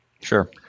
Sure